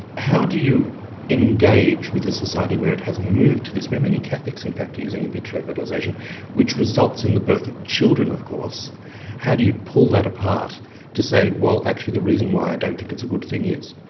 how do you engage with a society where it has moved to this where many catholics in fact are using in vitro fertilisation which results in the birth of children of course how do you pull that apart to say well actually the reason why i don't think it's a good thing is?